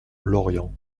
lorient